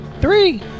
Three